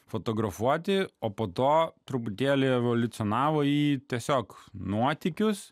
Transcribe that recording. fotografuoti o po to truputėlį evoliucionavo į tiesiog nuotykius